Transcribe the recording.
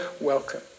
welcome